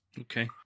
Okay